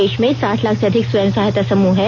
देश में साठ लाख से अधिक स्वंय सहायता समूह हैं